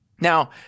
Now